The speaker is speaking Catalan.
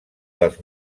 dels